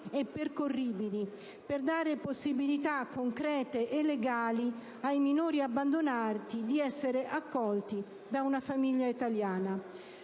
e percorribili per dare possibilità concrete e legali ai minori abbandonati di essere accolti da una famiglia italiana.